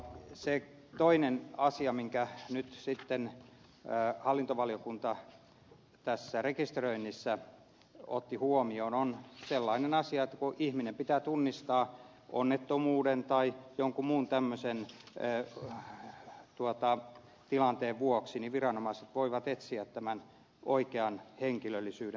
se toinen asia minkä hallintovaliokunta nyt tässä rekisteröinnissä otti huomioon on sellainen että kun ihminen pitää tunnistaa onnettomuuden tai jonkun muun tämmöisen tilanteen vuoksi niin viranomaiset voivat etsiä oikean henkilöllisyyden